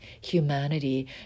humanity